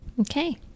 Okay